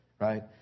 Right